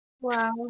Wow